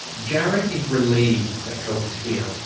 jared is relieved that help is here.